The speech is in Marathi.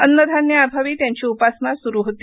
अन्नधान्याअभावी त्यांची उपासमार सुरू होती